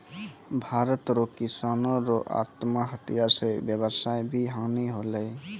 भारत रो किसानो रो आत्महत्या से वेवसाय मे हानी होलै